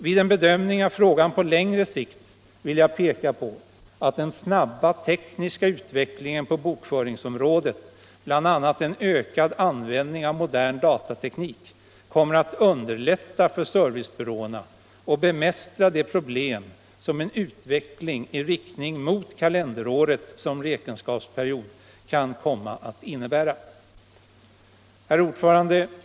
Vid en bedömning av frågan på längre sikt vill jag peka på att den snabba tekniska utvecklingen på bokföringsområdet, bl.a. en ökad användning av modern datateknik, kommer att underlätta för servicebyråerna att bemästra de problem som en utveckling i riktning mot kalenderåret som räkenskapsperiod kan komma att innebära. Herr talman!